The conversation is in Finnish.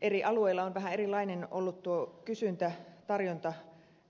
eri alueilla ovat vähän erilaisia olleet nuo kysyntätarjonta ja